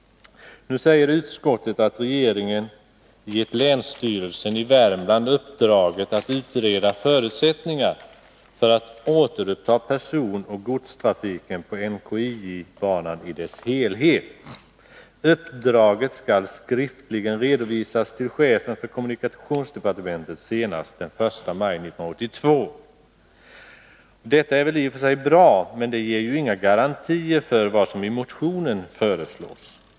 Nu säger utskottet att regeringen gett länsstyrelsen i Värmland i uppdrag att utreda förutsättningarna för att återuppta personoch godstrafiken på NKIJ-banani dess helhet. Uppdraget skall skriftligen redovisas till chefen för kommunikationsdepartementet senast den 1 maj 1982. Detta är i och för sig bra, men det ger ju inga garantier för det som föreslås i motionen.